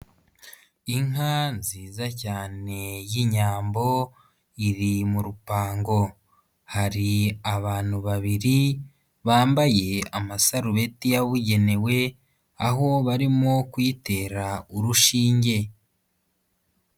Inka nziza cyane y'Inyambo iri mu rupango, hari abantu babiri bambaye amasarubeti yabugenewe, aho barimo kuyitera urushinge